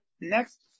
Next